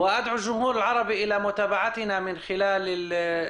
שרק תשלים משהו בקצרה.